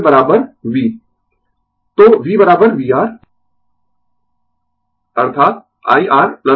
तो v vR अर्थात i R L into di dt